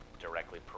directly